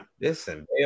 Listen